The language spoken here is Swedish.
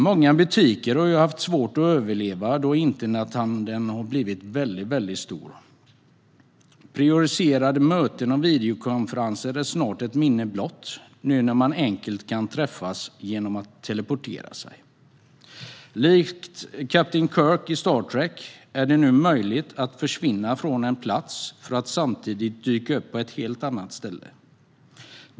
Många butiker har haft svårt att överleva eftersom internethandeln har blivit mycket stor. Projicerade möten och videokonferenser är snart ett minne blott, nu när man enkelt kan träffas genom att teleportera sig. Likt kapten Kirk i Star Trek är det nu möjligt att försvinna från en plats för att samtidigt dyka upp på ett helt annat ställe.